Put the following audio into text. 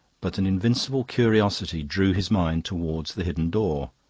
but an invincible curiosity drew his mind towards the hidden door,